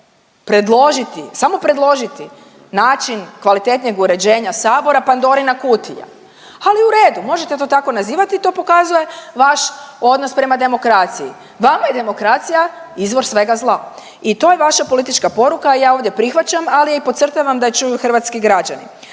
samo predložiti kvalitetnije uređenja Sabora Pandorina kutija. Ali u redu, možete to tako nazivati i to pokazuje vaš odnos prema demokraciji. Vama je demokracija izvor svega zla. I to je vaša politička poruka i ja je ovdje prihvaćam ali i podcrtavam da je čuju hrvatski građani.